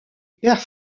père